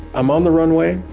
um on the runway.